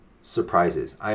surprises